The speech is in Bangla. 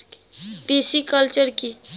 পিসিকালচার কি?